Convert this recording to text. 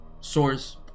source